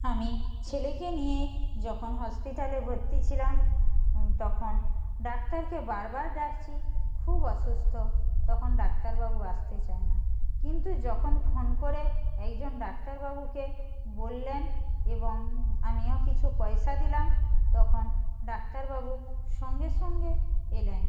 আমি ছেলেকে নিয়ে যখন হসপিটালে ভর্তি ছিলাম তখন ডাক্তারকে বারবার ডাকছি খুব অসুস্থ তখন ডাক্তার বাবু আসতে চায় না কিন্তু যখন ফোন করে একজন ডাক্তার বাবুকে বললেন এবং আমিও কিছু পয়সা দিলাম তখন ডাক্তার বাবু সঙ্গে সঙ্গে এলেন